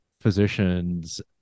physicians